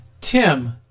Tim